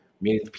meaning